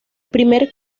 primer